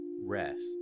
rest